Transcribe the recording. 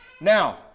Now